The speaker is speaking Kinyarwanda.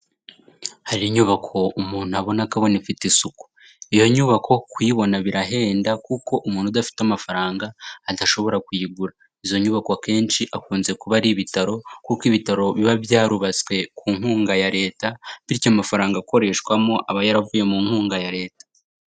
Hari inyubako umuntu abona akabona ifite isuku. Iyo nyubako kuyibona birahenda kuko umuntu udafite amafaranga adashobora kuyigura, izo nyubako akenshi akunze kuba ari ibitaro kuko ibitaro biba byarubatswe ku nkunga ya Leta, bityo amafaranga akoreshwamo aba yaravuye mu nkunga ya Leta.